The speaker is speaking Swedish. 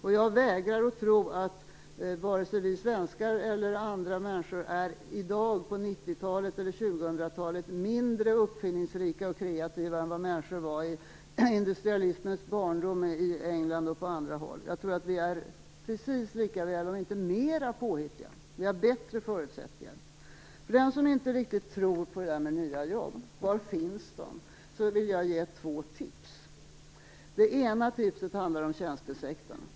Och jag vägrar att tro att vare sig vi svenskar eller andra människor i dag på 1990-talet eller 2000-talet är mindre uppfinningsrika och kreativa än vad människor var i industrialismens barndom i England och på andra håll. Jag tror att vi är precis lika, om inte mera, påhittiga. Vi har bättre förutsättningar. För den som inte riktigt tror på det där med nya jobb - var finns de? - vill jag ge två tips. Det ena tipset handlar om tjänstesektorn.